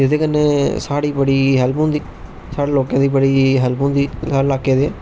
एहदे कन्ने साढ़ी बड़ी हैल्प होंदी साढ़े लोकें दी बड़ी हैल्प होंदी साढ़े इलाके दे